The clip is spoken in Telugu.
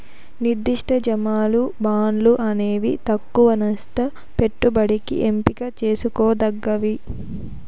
నిర్దిష్ట జమలు, బాండ్లు అనేవి తక్కవ నష్ట పెట్టుబడికి ఎంపిక చేసుకోదగ్గవి